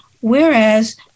whereas